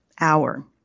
hour